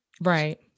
Right